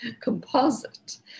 composite